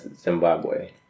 Zimbabwe